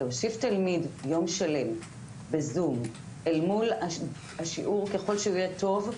להושיב תלמיד יום שלם בזום אל מול השיעור ככל שהוא יהיה טוב,